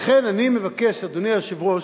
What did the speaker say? לכן אני מבקש, אדוני היושב-ראש,